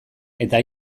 eta